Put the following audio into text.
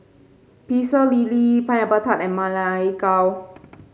Pecel Lele Pineapple Tart and Ma Lai Gao